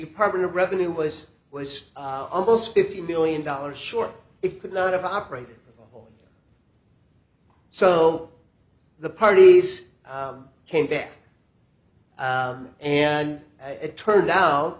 department of revenue was was almost fifty million dollars short it could not have operated so the parties came back and it turned out